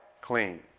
clean